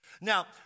Now